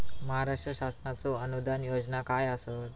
महाराष्ट्र शासनाचो अनुदान योजना काय आसत?